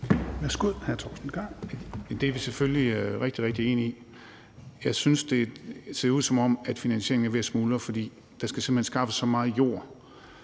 Kl. 16:36 Torsten Gejl (ALT): Det er vi selvfølgelig rigtig enige i. Jeg synes, det ser ud, som om finansieringen er ved at smuldre, for der skal simpelt hen skaffes så meget jord